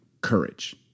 courage